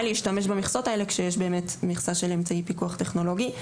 להשתמש במכסות האלה כשבאמת יש מכסה של אמצעי פיקוח טכנולוגי.